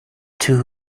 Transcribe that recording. too